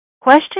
Question